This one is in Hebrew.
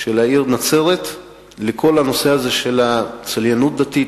של העיר נצרת לכל הנושא הזה של צליינות דתית,